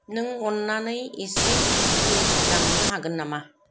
नों अन्नानै एसे मिउजिक दामनो हागोन नामा